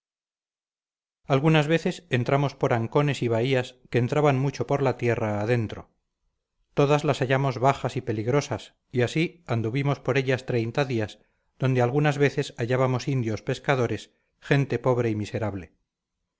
algunas veces entramos por ancones y bahías que entraban mucho por la tierra adentro todas las hallamos bajas y peligrosas y así anduvimos por ellas treinta días donde algunas veces hallábamos indios pescadores gente pobre y miserable